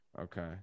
Okay